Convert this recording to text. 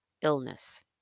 illness